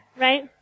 right